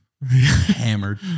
Hammered